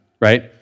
Right